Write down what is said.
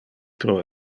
pro